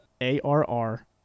ARR